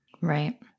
Right